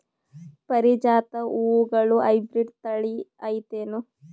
ಪಾರಿಜಾತ ಹೂವುಗಳ ಹೈಬ್ರಿಡ್ ಥಳಿ ಐತೇನು?